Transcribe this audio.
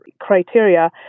criteria